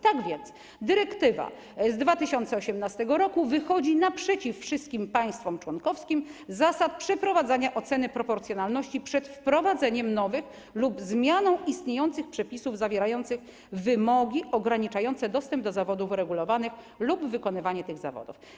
Tak więc dyrektywa z 2018 r. wychodzi naprzeciw wszystkim państwom członkowskim w zakresie zasad przeprowadzania oceny proporcjonalności przed wprowadzeniem nowych lub zmianą istniejących przepisów zawierających wymogi ograniczające dostęp do zawodów regulowanych lub wykonywanie tych zawodów.